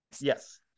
Yes